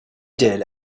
did